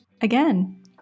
again